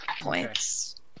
points